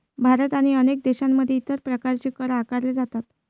भारत आणि अनेक देशांमध्ये इतर प्रकारचे कर आकारले जातात